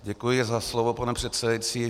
Děkuji za slovo, pane předsedající.